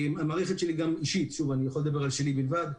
המערכת שלי אני יכול לדבר על שלי בלבד,